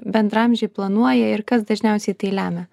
bendraamžiai planuoja ir kas dažniausiai tai lemia